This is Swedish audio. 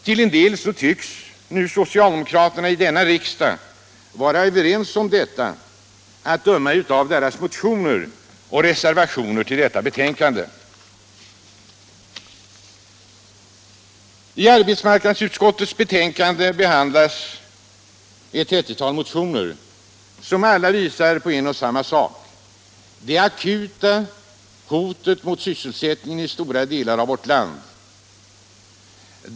Till en del tycks socialdemokraterna i denna riksdag hålla med om detta, att döma av deras motioner och reservationerna till detta betänkande. I arbetsmarknadsutskottets betänkande behandlas ett 30-tal motioner som alla visar på en och samma sak: det akuta hotet mot sysselsättningen i stora delar av vårt land.